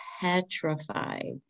petrified